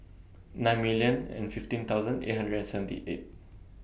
nine million and fifteen thousand eight hundred and seventy eight